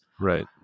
Right